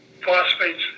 Phosphates